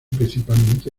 principalmente